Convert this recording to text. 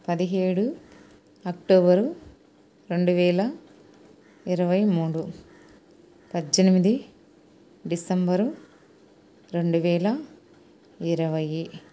పదిహేడు అక్టోబరు రెండువేల ఇరవై మూడు పద్దెనిమిది డిసెంబరు రెండువేల ఇరవయి